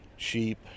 sheep